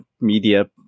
media